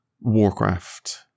warcraft